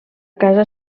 casa